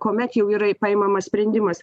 kuomet jau yra priimamas sprendimas